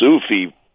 Sufi